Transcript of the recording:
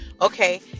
okay